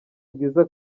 bwiza